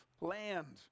land